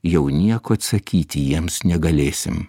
jau nieko atsakyti jiems negalėsim